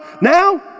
Now